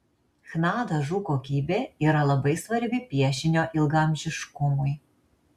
chna dažų kokybė yra labai svarbi piešinio ilgaamžiškumui